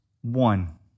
one